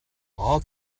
all